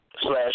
slash